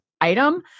item